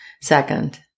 second